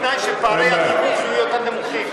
בתנאי שפערי התיווך יהיו יותר נמוכים.